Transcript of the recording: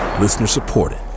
Listener-supported